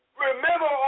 Remember